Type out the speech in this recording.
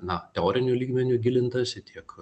na teoriniu lygmeniu gilintasi tiek